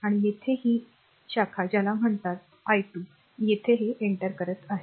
आणि येथे ही r ही शाखा ज्याला म्हणतात त्या i2 येथे हे एंटर करत आहे